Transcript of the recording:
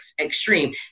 extreme